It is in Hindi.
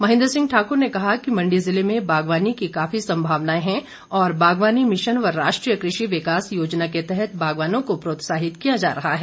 महेन्द्र सिंह ठाकुर ने कहा कि मण्डी जिले में बागवानी की काफी संभावनाएं हैं और बागवानी मिशन व राष्ट्रीय कृषि विकास योजना के तहत बागवानों को प्रोत्साहित किया जा रहा है